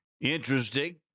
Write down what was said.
interesting